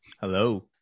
hello